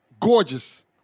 gorgeous